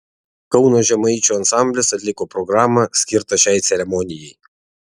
kauno žemaičių ansamblis atliko programą skirtą šiai ceremonijai